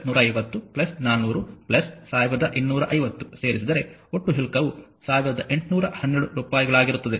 ಆದ್ದರಿಂದ 12 150 400 1250 ಸೇರಿಸಿದರೆ ಒಟ್ಟು ಶುಲ್ಕವು 1812 ರೂಪಾಯಿಗಳಾಗಿರುತ್ತದೆ